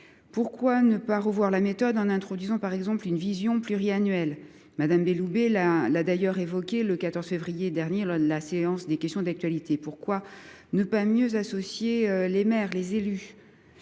Pourquoi ne pas revoir la méthode en introduisant, par exemple, une vision pluriannuelle ? Mme Belloubet l’a d’ailleurs évoqué le 14 février dernier, lors de la séance des questions d’actualité au Gouvernement. Pourquoi ne pas mieux associer les maires, les élus ?